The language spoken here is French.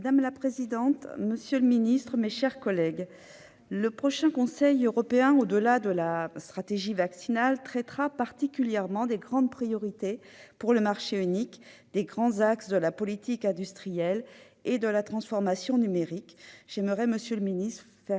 La parole est à Mme Florence Blatrix Contat. Le prochain Conseil européen, au-delà de la stratégie vaccinale, traitera particulièrement des grandes priorités pour le marché unique, des grands axes de la politique industrielle et de la transformation numérique. J'aimerais, monsieur le secrétaire